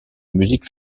musique